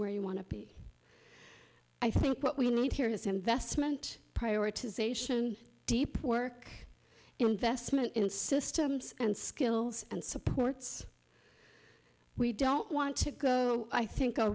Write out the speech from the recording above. where you want to be i think what we need here is investment prioritization deep work investment in systems and skills and supports we don't want to go i think